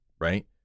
right